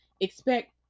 expect